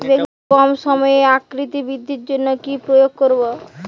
বেগুনের কম সময়ে আকৃতি বৃদ্ধির জন্য কি প্রয়োগ করব?